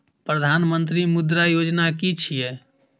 प्रधानमंत्री मुद्रा योजना कि छिए?